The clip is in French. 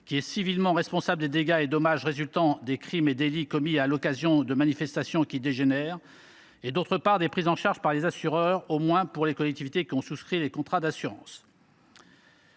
qui est civilement responsable des dégâts et dommages résultant des crimes et délits commis à l’occasion de manifestations qui dégénèrent, et, d’autre part, des prises en charge par les assureurs, au moins pour les collectivités qui ont souscrit des contrats d’assurance.